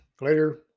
later